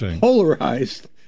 polarized